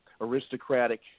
aristocratic